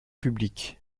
public